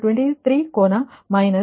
532 ಕೋನ 183